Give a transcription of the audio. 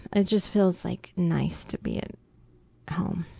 it just feels like nice to be at home.